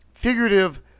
figurative